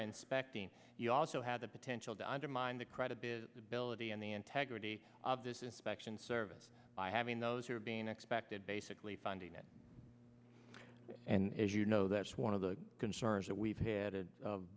inspecting you also have the potential to undermine the credibility of the building and the integrity of this inspection service by having those who are being expected basically funding it and as you know that's one of the concerns that we've had